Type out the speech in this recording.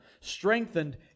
strengthened